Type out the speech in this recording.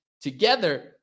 together